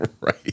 right